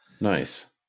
nice